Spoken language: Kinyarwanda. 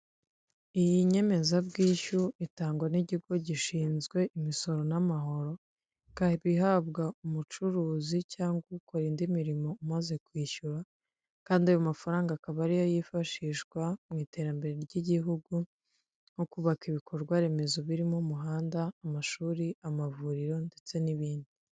Iyi nyemezabwishyu itangwa n'ikigo gishinzwe imisoro n'amahoro, ikaba ihabwa umucuruzi cyangwa ukora indi mirimo umaze kwishyura, kandi ayo mafaranga akaba ariyo yifashishwa mu iterambere ry'igihugu, nko kubaka ibikorwaremezo birimo umuhanda, amashuri, amavuriro ndetse n'ibindi.